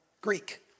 Greek